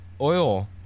oil